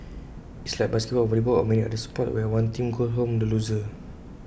it's like basketball or volleyball or many other sports where one team goes home the loser